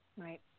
Right